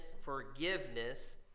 forgiveness